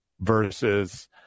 versus